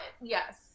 Yes